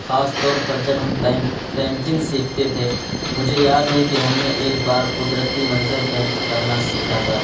خاص طور پر جب ہم پینٹنگ سیکھتے تھے مجھے یاد ہے کہ ہم نے ایک بار قدرتی منظر پینٹ کرنا سیکھا تھا